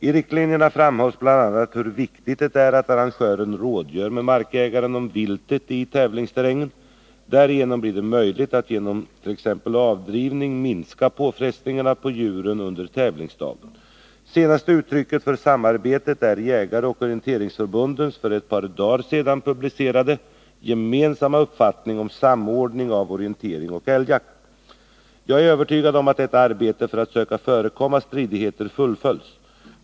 I riktlinjerna framhålls bl.a. hur viktigt det är att arrangören rådgör med markägaren om viltet i tävlingsterrängen. Därigenom blir det möjligt att genom t.ex. avdrivning minska påfrestningarna på djuren under tävlingsdagen. Senaste uttrycket för samarbetet är jägareoch orienteringsförbundens för ett par dagar sedan publicerade gemensamma uppfattning om samordning av orientering och älgjakt. Jag är övertygad om att detta arbete för att söka förekomma stridigheter fullföljs.